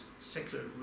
secular